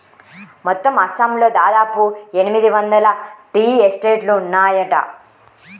మొత్తం అస్సాంలో దాదాపు ఎనిమిది వందల టీ ఎస్టేట్లు ఉన్నాయట